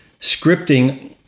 scripting